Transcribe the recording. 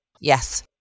Yes